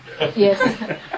Yes